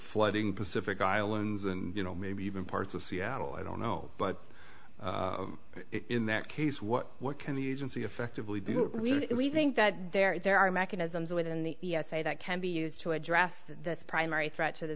flooding pacific islands and you know maybe even parts of seattle i don't know but it in that case what what can the agency effectively do we think that there are mechanisms within the say that can be used to address this primary threat to the